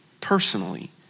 personally